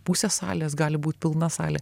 pusė salės gali būt pilna salė